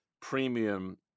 Premium